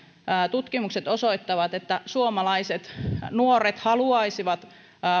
tutkimukset osoittavat että suomalaiset nuoret haluaisivat